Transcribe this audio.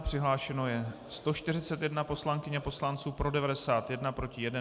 Přihlášeno je 141 poslankyň a poslanců, pro 91, proti 1.